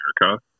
America